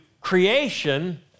creation